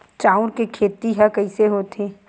चांउर के खेती ह कइसे होथे?